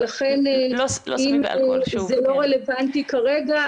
ולכן אם זה לא רלוונטי כרגע,